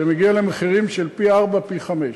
זה מגיע למחירים של פי-ארבעה ופי-חמישה.